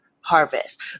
harvest